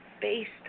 based